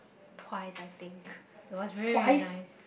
twice I think it was very very nice